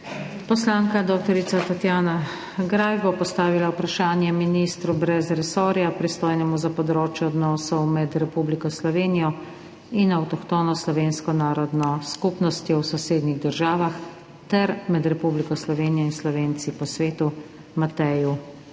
Poslanka dr. Tatjana Greif bo postavila vprašanje ministru brez resorja, pristojnemu za področje odnosov med Republiko Slovenijo in avtohtono slovensko narodno skupnostjo v sosednjih državah ter med Republiko Slovenijo in Slovenci po svetu, Mateju